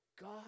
God